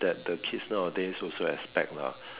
that the kids nowadays also expect lah